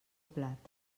plat